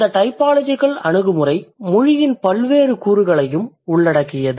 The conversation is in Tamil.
இந்த டைபாலஜிகல் அணுகுமுறை மொழியின் பல்வேறு கூறுகளையும் உள்ளடக்கியது